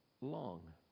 long